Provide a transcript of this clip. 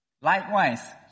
Likewise